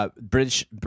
British